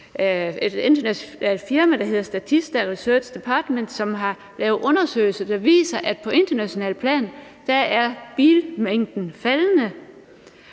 et internationalt firma, der hedder Statista Research Department, som har lavet undersøgelser, der viser, at på internationalt plan er bilmængden faldende.